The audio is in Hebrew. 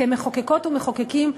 כמחוקקות ומחוקקים,